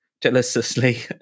jealously